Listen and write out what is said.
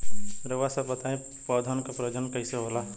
रउआ सभ बताई पौधन क प्रजनन कईसे होला?